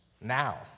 now